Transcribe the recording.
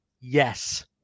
yes